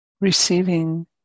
receiving